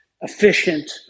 efficient